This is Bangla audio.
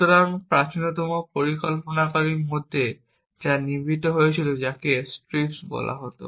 সুতরাং প্রাচীনতম পরিকল্পনাকারীদের মধ্যে একটি যা নির্মিত হয়েছিল তাকে স্ট্রিপস বলা হত